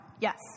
Yes